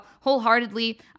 wholeheartedly